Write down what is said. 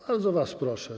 Bardzo was proszę.